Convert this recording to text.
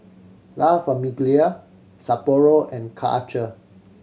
La Famiglia Sapporo and Karcher